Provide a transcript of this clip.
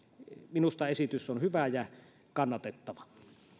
minusta esitys on hyvä ja kannatettava